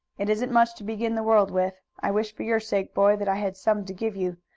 it isn't much to begin the world with. i wish for your sake, boy, that i had some to give you,